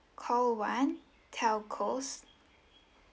call one telcos